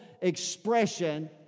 expression